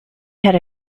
had